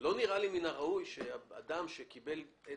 לא נראה לי מן הראוי שאדם שקיבל את